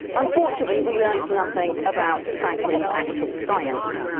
unfortunately, we learned nothing about franklin's actual science.